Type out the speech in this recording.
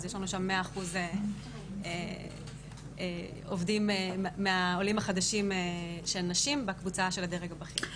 אז יש לנו שם 100% עובדים מעולים החדשים שהן נשים בקבוצה של הדרג הבכיר.